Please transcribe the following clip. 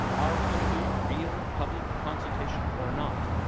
are we going to do real public consultation or not.